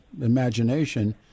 imagination